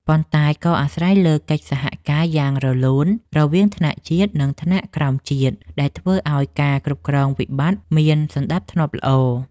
ប៉ុន្តែក៏អាស្រ័យលើកិច្ចសហការយ៉ាងរលូនរវាងថ្នាក់ជាតិ និងថ្នាក់ក្រោមជាតិ ដែលធ្វើឱ្យការគ្រប់គ្រងវិបត្តិមានសណ្ដាប់ធ្នាប់ល្អ។